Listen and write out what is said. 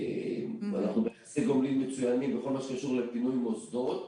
ואנחנו ביחסי גומלין מצוינים בכל מה שקשור לפינוי מוסדות.